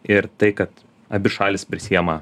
ir tai kad abi šalys prisiima